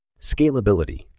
Scalability